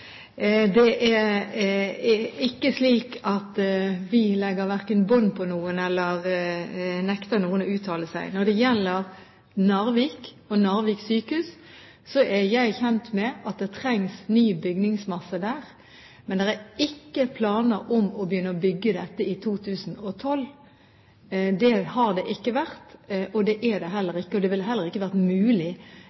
Det er ikke slik at vi legger bånd på noen eller nekter noen å uttale seg. Når det gjelder Narvik sykehus, er jeg kjent med at det trengs ny bygningsmasse der, men det er ikke planer om å begynne byggingen av dette i 2012. Det har det ikke vært, og det er det